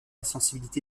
sensibilité